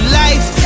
life